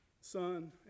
Son